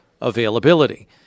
availability